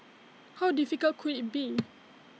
how difficult could IT be